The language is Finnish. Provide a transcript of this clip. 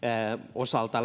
osalta